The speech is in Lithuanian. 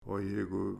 o jeigu